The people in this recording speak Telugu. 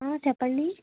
చెప్పండి